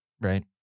right